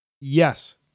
Yes